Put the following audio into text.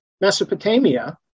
Mesopotamia